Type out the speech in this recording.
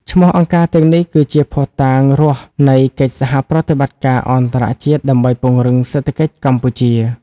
ឈ្មោះអង្គការទាំងនេះគឺជា "ភស្តុតាងរស់" នៃកិច្ចសហប្រតិបត្តិការអន្តរជាតិដើម្បីពង្រឹងសេដ្ឋកិច្ចកម្ពុជា។